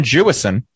Jewison